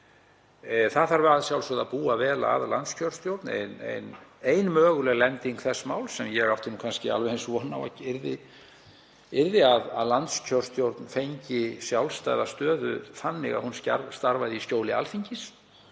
um líkt. Að sjálfsögðu þarf að búa vel að landskjörstjórn. Ein möguleg lending þess máls, sem ég átti kannski alveg eins von á að yrði raunin, var að landskjörstjórn fengi sjálfstæða stöðu þannig að hún starfaði í skjóli Alþingis.